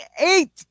eight